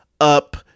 up